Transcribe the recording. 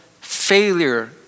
failure